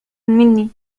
مني